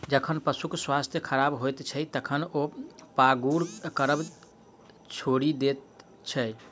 जखन पशुक स्वास्थ्य खराब होइत छै, तखन ओ पागुर करब छोड़ि दैत छै